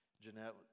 Jeanette